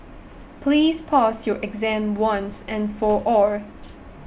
please pass your exam once and for all